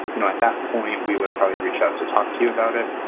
you know, at that point, we would probably reach out to talk to you about it,